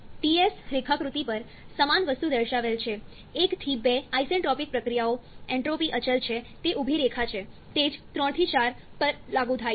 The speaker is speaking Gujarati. Ts રેખાકૃતિ પર સમાન વસ્તુ દર્શાવેલ છે 1 થી 2 આઇસેન્ટ્રોપિક પ્રક્રિયાઓ એન્ટ્રોપી અચલ છે તે ઊભી રેખા છે તે જ 3 થી 4 પર લાગુ થાય છે